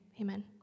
amen